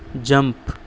jump